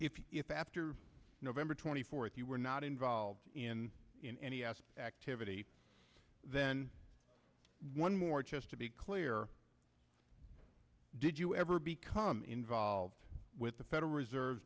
you if after november twenty fourth you were not involved in in any asked activity then one more just to be clear did you ever become involved with the federal reserve